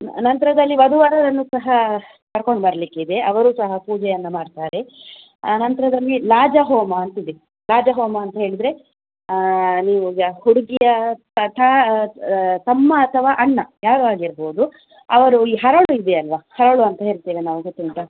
ನಂತರದಲ್ಲಿ ವಧು ವರರನ್ನೂ ಸಹ ಕರ್ಕೊಂಡು ಬರಲಿಕ್ಕಿದೆ ಅವರೂ ಸಹ ಪೂಜೆಯನ್ನು ಮಾಡ್ತಾರೆ ಆನಂತರದಲ್ಲಿ ಲಾಜಾ ಹೋಮ ಅಂತಿದೆ ಲಾಜ ಹೋಮ ಅಂತ ಹೇಳಿದರೆ ನೀವೀಗ ಹುಡುಗಿಯ ಸ್ವತಃ ತಮ್ಮ ಅಥವಾ ಅಣ್ಣ ಯಾರು ಆಗಿರ್ಬೋದು ಅವರು ಈ ಹರಳು ಇದೆಯಲ್ಲ ಹರಳು ಅಂತ ಹೇಳ್ತೇವೆ ನಾವು ಗೊತ್ತುಂಟ